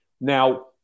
Now